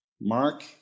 Mark